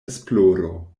esploro